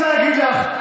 אני רוצה להגיד לך,